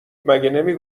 نمی